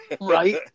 Right